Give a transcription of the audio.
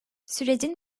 sürecin